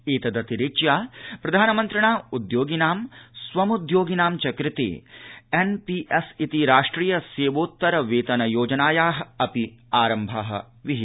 एतदतिरिच्य प्रधानमन्त्रिणा उद्योगिनां स्वयमुद्योगिनां च कृते राष्ट्रिय सेवोत्तर वेतन योजनायाः अपि आरम्भः कृतः